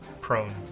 prone